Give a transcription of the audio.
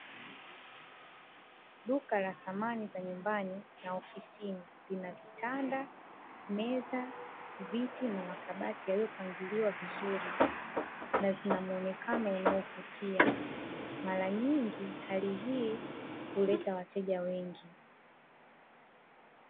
Duka la samani za nyumbani na ofisini. Lina kitanda, meza, viti na makabati yaliyopangiliwa vizuri, na zina muonekano unaovutia. Mara nyingi hali hii huleta wateja wengi.